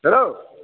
hello